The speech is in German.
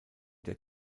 der